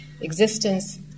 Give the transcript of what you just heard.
existence